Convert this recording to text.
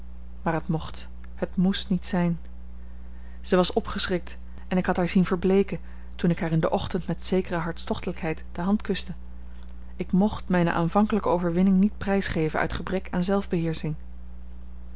maar het mocht het moest niet zijn zij was opgeschrikt en ik had haar zien verbleeken toen ik haar in den ochtend met zekere hartstochtelijkheid de hand kuste ik mocht mijne aanvankelijke overwinning niet prijsgeven uit gebrek aan